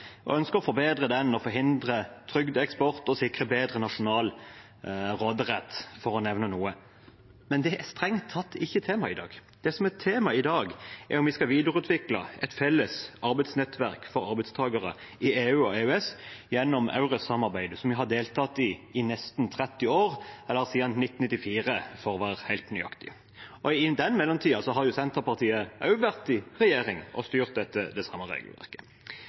forbedre den, forhindre trygdeeksport og sikre bedre nasjonal råderett, for å nevne noe. Men det er strengt tatt ikke temaet i dag. Det som er temaet i dag, er om vi skal videreutvikle et felles arbeidsnettverk for arbeidstakere i EU og EØS gjennom EURES-samarbeidet, som vi har deltatt i i nesten 30 år, eller siden 1994, for å være helt nøyaktig. I den tiden har jo også Senterpartiet vært i regjering og styrt dette